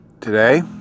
today